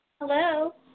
Hello